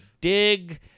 Dig